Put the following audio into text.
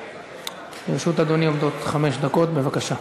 לרשות אדוני עומדות חמש דקות, בבקשה.